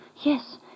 Yes